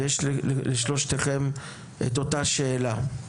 ויש לשלושתכם את אותה השאלה: